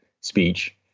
speech